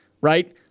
Right